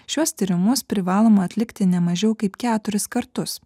šiuos tyrimus privaloma atlikti ne mažiau kaip keturis kartus